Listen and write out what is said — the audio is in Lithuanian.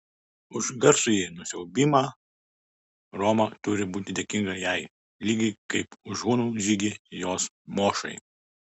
už garsųjį nusiaubimą roma turi būti dėkinga jai lygiai kaip už hunų žygį jos mošai